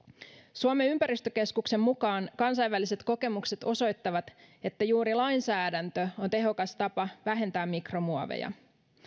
suomen ympäristökeskuksen mukaan kansainväliset kokemukset osoittavat että juuri lainsäädäntö on tehokas tapa vähentää mikromuoveja